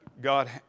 God